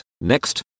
Next